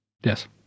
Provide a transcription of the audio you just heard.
yes